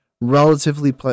relatively